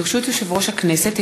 ברשות יושב-ראש הכנסת,